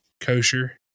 kosher